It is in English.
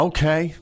Okay